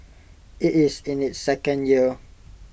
IT is in its second year